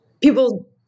people